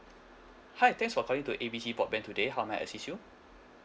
hi thanks for calling to A B C broadband today how may I assist you